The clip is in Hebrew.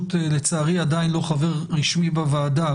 לצערי, הוא פשוט עדיין לא חבר רשמי בוועדה.